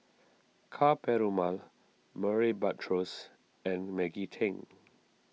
Ka Perumal Murray Buttrose and Maggie Teng